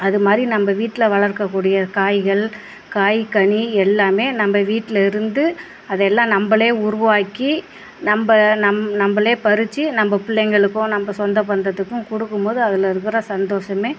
அது மாதிரி நம்ம வீட்டில் வளர்க்கக்கூடிய காய்கள் காய் கனி எல்லாமே நம்ம வீட்டில் இருந்து அதை எல்லாம் நம்மளே உருவாக்கி நம்ம நம் நம்மளே பறித்து நம்ம பிள்ளைங்களுக்கும் நம்ம சொந்த பந்தத்துக்கும் கொடுக்கும்போது அதில் இருக்கிற சந்தோஷம்